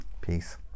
Peace